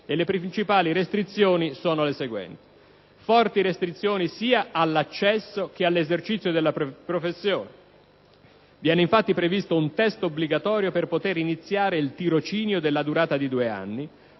Le principali restrizioni sono: 1. Forti restrizioni sia all'accesso che all'esercizio della professione: viene infatti previsto un *test* obbligatorio per poter iniziare il tirocinio della durata di due anni,